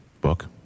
book